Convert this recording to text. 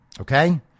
Okay